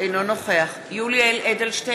אינו נוכח יולי יואל אדלשטיין,